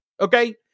Okay